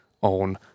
on